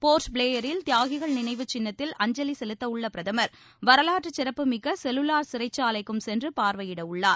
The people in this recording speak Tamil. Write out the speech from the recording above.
போர்ட்பிளேயரில் தியாகிகள் நினைவு சின்னத்தில் அஞ்சலி செலுத்தவுள்ள பிரதமர் வரலாற்று சிறப்புமிக்க செல்லுலார் சிறைச்சாலைக்கும் சென்று பார்வையிடவுள்ளார்